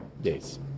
days